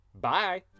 Bye